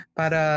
para